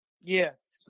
Yes